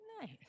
Nice